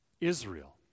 Israel